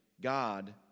God